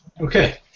Okay